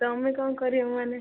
ତମେ କ'ଣ କରିବ ମାନେ